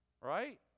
right